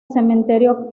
cementerio